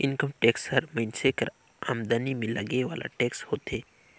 income tax हर मइनसे कर आमदनी में लगे वाला टेक्स होथे